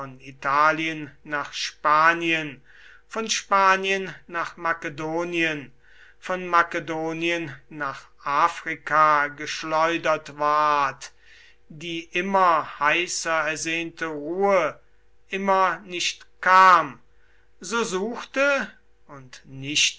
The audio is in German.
italien nach spanien von spanien nach makedonien von makedonien nach afrika geschleudert ward die immer heißer ersehnte ruhe immer nicht kam so suchte und nicht